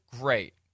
great